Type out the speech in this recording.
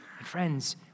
Friends